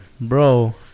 Bro